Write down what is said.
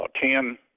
ten